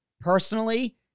personally